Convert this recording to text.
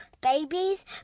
babies